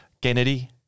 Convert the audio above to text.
Kennedy